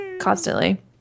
Constantly